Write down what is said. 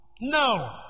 No